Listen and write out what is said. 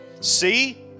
See